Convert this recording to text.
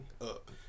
up